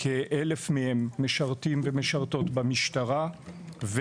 כ-1,000 מהם משרתים ומשרתות במשטרה,